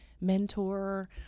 mentor